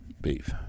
beef